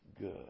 good